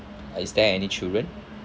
is there any children